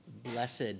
Blessed